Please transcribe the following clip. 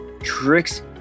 tricks